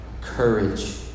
courage